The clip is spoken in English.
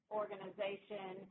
organization